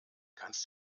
kannst